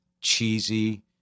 cheesy